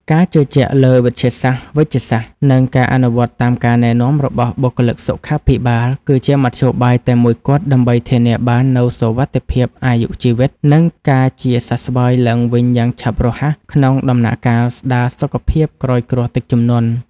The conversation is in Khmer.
ការជឿជាក់លើវិទ្យាសាស្ត្រវេជ្ជសាស្ត្រ និងការអនុវត្តតាមការណែនាំរបស់បុគ្គលិកសុខាភិបាល គឺជាមធ្យោបាយតែមួយគត់ដើម្បីធានាបាននូវសុវត្ថិភាពអាយុជីវិត និងការជាសះស្បើយឡើងវិញយ៉ាងឆាប់រហ័សក្នុងដំណាក់កាលស្តារសុខភាពក្រោយគ្រោះទឹកជំនន់។